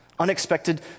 unexpected